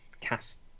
cast